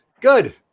Good